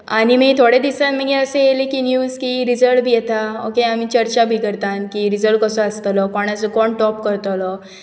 आनी माई थोडे दिसान मागीर असे येयले की न्यूज की रिजल्ट बी येता ओके आमी चर्चा बी करतान की रिजल्ट कसो आसतलो कोणाचो कोण टॉप करतलो